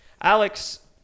Alex